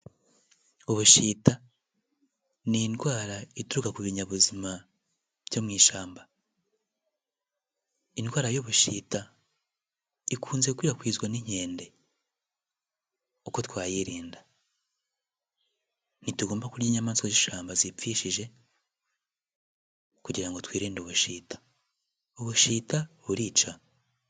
Ubushita ni indwara ituruka ku binyabuzima byo mu ishyamba. Indwara y'ubushita ikunze gukwirakwizwa n'inkende uko twayirinda, ntitugomba kurya inyamaswa z'ishyamba zipfishije kugira ngo twirinde ubushita. Ubushita burica.